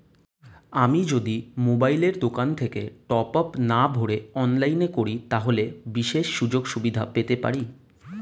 আমি যদি মোবাইলের দোকান থেকে টপআপ না ভরে অনলাইনে করি তাহলে বিশেষ সুযোগসুবিধা পেতে পারি কি?